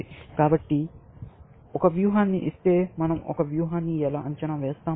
కాబట్టి ఒక వ్యూహాన్ని ఇస్తే మనం ఒక వ్యూహాన్ని ఎలా అంచనా వేస్తాము